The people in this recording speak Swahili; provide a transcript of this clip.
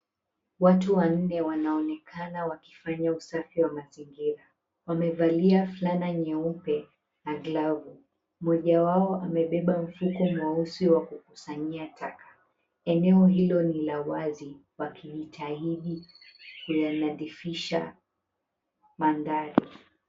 Watu wanne wanaonekana wakifanya usafi wa mazingira. Wamevalia fulana nyeupe na glavu. Mmoja wao amebeba mfuko mweusi wakukusanyia taka. Eneo hilo ni la wazi wakijitahidi kuyanadhifisha mandhari.